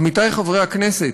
עמיתי חברי הכנסת,